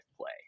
play